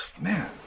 Man